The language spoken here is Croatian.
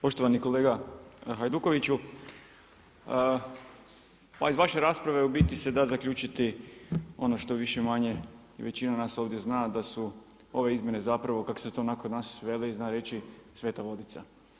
Poštovani kolega Hajdukoviću, pa iz vaše rasprave u biti se da zaključiti ono što više-manje većina nas ovdje zna, da su ove izmjene zapravo kako se to kod nas veli, zna reći sveta vodica.